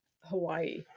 Hawaii